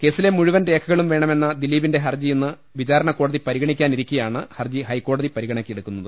കേസിലെ മുഴുവൻ രേഖകളും വേണമെന്ന ദിലീപിന്റെ ഹർജി ഇന്ന് വിചാരണക്കോടതി പരിഗണിക്കാ നിരിക്കെയാണ് ഹർജി ഹൈക്കോടതി പരിഗണനയ്ക്കെടുക്കുന്നത്